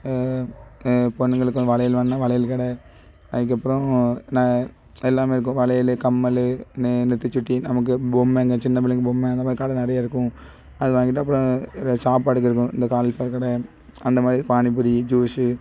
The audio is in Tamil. பொண்ணுங்களுக்கு வளையல் வேண்ணுனா வளையல் கடை அதுக்கப்பறம் ந எல்லாமே இருக்கும் வளையல் கம்மல் நெ நெற்றிசுட்டி நமக்கு பொம்மை அங்கே சின்ன பிள்ளைங்களுக்கு பொம்மை அந்த மாதிரி கடை நிறைய இருக்கும் அது வாங்கிட்டு அப்பறம் இதை சாப்பாடுக்கு இருக்கும் இந்த காளிஃப்ளவர் கடை அந்த மாதிரி பானிபூரி ஜூஸு